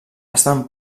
estan